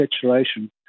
saturation